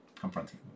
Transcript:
Confronting